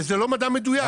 וזה לא מדע מדויק.